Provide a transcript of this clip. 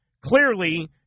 Clearly